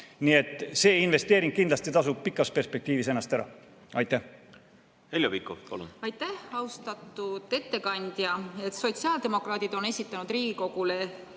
Nii et see investeering kindlasti tasub pikas perspektiivis ennast ära. Heljo Pikhof, palun! Heljo Pikhof, palun! Aitäh! Austatud ettekandja! Sotsiaaldemokraadid on esitanud Riigikogule